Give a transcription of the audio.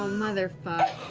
motherfuck!